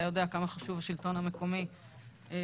ואתה יודע כמה חשוב השלטון המקומי באיזון,